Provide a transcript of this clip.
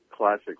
Classic